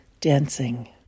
dancing